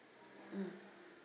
mm